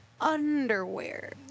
Underwear